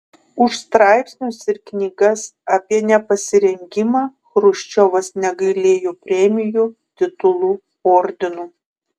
už straipsnius ir knygas apie nepasirengimą chruščiovas negailėjo premijų titulų ordinų